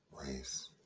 race